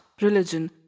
religion